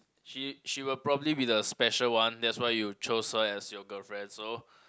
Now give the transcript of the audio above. she she will probably be the special one that's why you chose her as your girlfriend so